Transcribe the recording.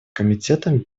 комитетом